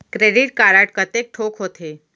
Credit card कतेक ठोक होथे?